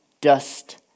dust